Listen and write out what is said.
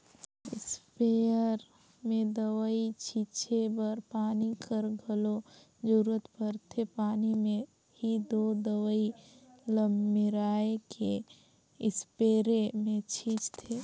sprayer में दवई छींचे बर पानी कर घलो जरूरत परथे पानी में ही दो दवई ल मेराए के इस्परे मे छींचथें